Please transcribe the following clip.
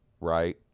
right